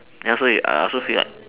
then also I also feel like